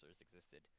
existed